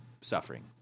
suffering